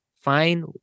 Fine